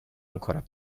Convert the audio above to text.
ancora